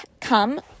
come